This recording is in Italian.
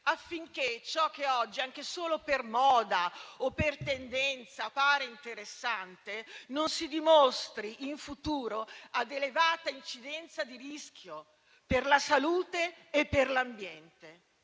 affinché ciò che oggi, anche solo per moda o per tendenza, appare interessante non si dimostri in futuro ad elevata incidenza di rischio per la salute e per l'ambiente.